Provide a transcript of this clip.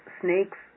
snakes